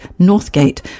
Northgate